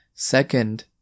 Second